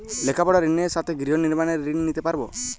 লেখাপড়ার ঋণের সাথে গৃহ নির্মাণের ঋণ নিতে পারব?